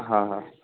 હા હા